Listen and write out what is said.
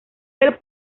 del